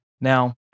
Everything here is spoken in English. Now